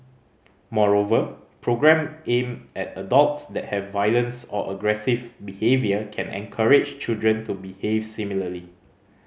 moreover programme aimed at adults that have violence or aggressive behaviour can encourage children to behave similarly